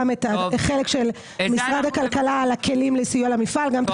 את החלק של משרד הכלכלה על הכלים לסיוע למפעל וגם את